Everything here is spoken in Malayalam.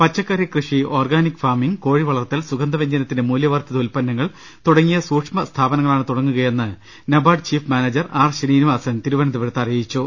പച്ചക്കറി കൃഷി ഓർഗാനിക് ഫാർമിംഗ് കോഴി വളർത്തൽ സുഗന്ധ വൃജ്ഞനത്തിന്റെ മൂല്യ വർധിത ഉൽപ്പന്നങ്ങൾ തുടങ്ങിയ സൂക്ഷ്മ സ്ഥാപനങ്ങളാണ് തുട ങ്ങുകയെന്ന് NABARD chief manager R Srinivasan തിരു വനന്തപുരത്ത് അറിയിച്ചു